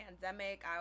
pandemic